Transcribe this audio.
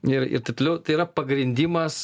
ir ir taip toliau tai yra pagrindimas